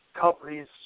companies